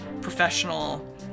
professional